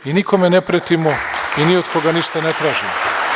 Nikome ne pretimo i ni od koga ništa ne tražimo.